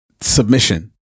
submission